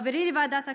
חברי מוועדת הכספים,